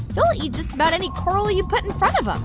they'll eat just about any color you put in front of of